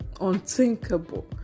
unthinkable